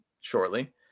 shortly